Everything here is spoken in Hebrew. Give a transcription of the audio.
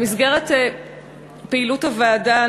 במסגרת פעילות הוועדה,